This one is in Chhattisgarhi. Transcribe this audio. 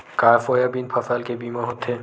का सोयाबीन फसल के बीमा होथे?